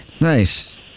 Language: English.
Nice